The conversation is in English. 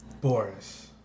Boris